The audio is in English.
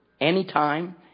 anytime